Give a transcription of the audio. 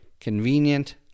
convenient